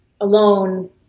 alone